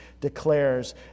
declares